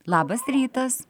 labas rytas